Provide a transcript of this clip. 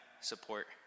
support